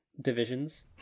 divisions